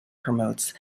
promotes